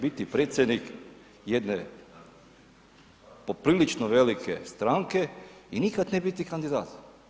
Biti predsjednik jedne poprilično velike stranke i nikad ne biti kandidat.